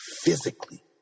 physically